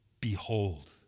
Behold